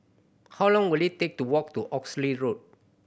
how long will it take to walk to Oxley Road